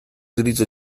diritto